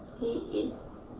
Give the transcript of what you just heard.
he is